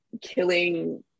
killing